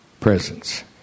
presence